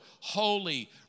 holy